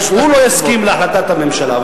והוא לא יסכים להחלטת הממשלה.